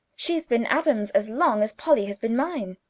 she's been adam's as long as polly has been mine!